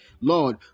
Lord